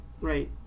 Right